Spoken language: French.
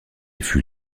fut